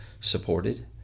supported